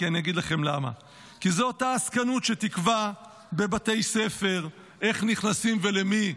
אני אגיד לכם למה: כי זאת העסקנות שתקבע בבתי ספר איך נכנסים ולמי.